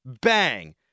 Bang